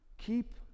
Keep